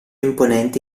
imponente